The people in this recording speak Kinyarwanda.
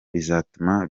bizatuma